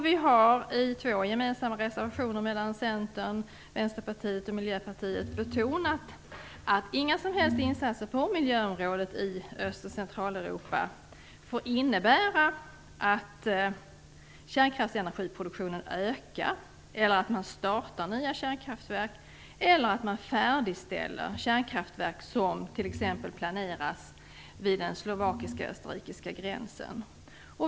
Vi har i två gemensamma reservationer med Centern, Vänsterpartiet och Miljöpartiet betonat att inga som helst insatser på miljöområdet i Öst och Centraleuropa får innebära att kärnkraftenergiproduktionen ökar eller att man startar nya kärnkraftverk eller färdigställer t.ex. det kärnkraftverk som planeras vid den slovakiskaösterrikiska gränsen.